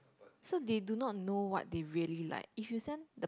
so they do not know what they really like if you send the